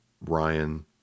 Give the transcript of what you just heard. Ryan